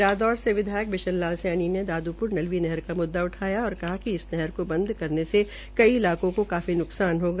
रादौर विधायक पिश्न लाल सैनी ने दाद्पुर नलवी का मुद्दा उठाया और कहा कि इस नहर को ांद करने से कई नहर इलाकों को काफी नुकसान होगा